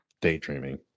daydreaming